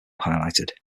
highlighted